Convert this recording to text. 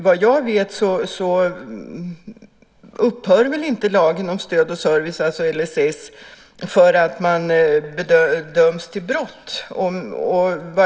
Vad jag vet upphör inte lagen om stöd och service, LSS, för att man får en dom för ett brott.